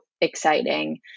exciting